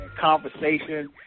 conversation